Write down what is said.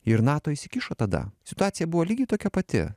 ir nato įsikišo tada situacija buvo lygiai tokia pati